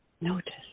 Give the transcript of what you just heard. Notice